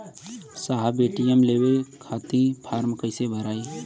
साहब ए.टी.एम लेवे खतीं फॉर्म कइसे भराई?